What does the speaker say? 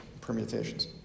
permutations